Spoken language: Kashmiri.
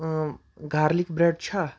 اۭں گارلِک برٛیڈ چھا